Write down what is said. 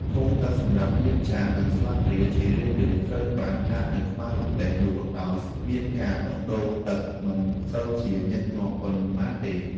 ធុងទឹកសម្រាប់លាងចាន និងស្លាបព្រាជារឿយៗត្រូវបានដាក់នៅក្បែររទេះលក់ដោយមានការដោះដូរទឹកមិនសូវជាបានញឹកញាប់ប៉ុន្មានទេ។